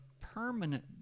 permanent